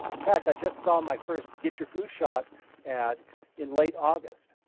in fact, i just saw my first get your flu shot ad in late august.